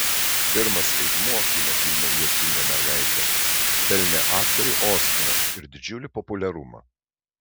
pirmas vaidmuo kino filme juokinga mergaitė pelnė aktorei oskarą ir didžiulį populiarumą